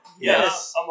Yes